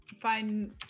find